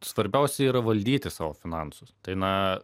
svarbiausia yra valdyti savo finansus tai na